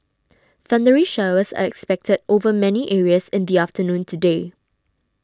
thundery showers are expected over many areas in the afternoon today